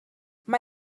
mae